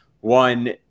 One